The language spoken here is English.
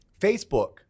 Facebook